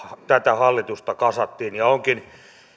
tätä hallitusta kasattiin onkin